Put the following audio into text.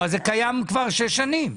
אז זה קיים כבר שש שנים.